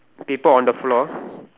paper on the floor